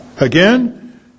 Again